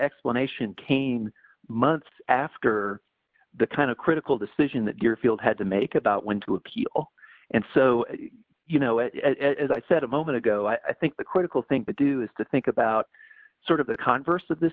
explanation came months after the kind of critical decision that your field had to make about when to appeal and so you know it as i said a moment ago i think the critical thing to do is to think about sort of the converse of this